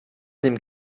dem